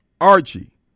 Archie